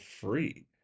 free